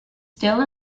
still